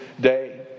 day